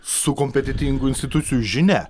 su kompetentingų institucijų žinia